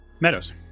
Meadows